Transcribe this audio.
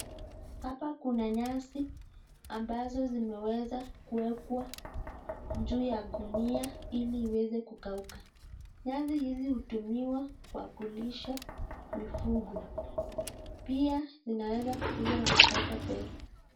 Hapa kuna nyasi ambazo zimeweza kuwekwa juu ya gunia ili iweze kukauka nyasi hizi hutumiwa kwa kulisha mifugo pia zinaweza kuuzwa na kupata pesa.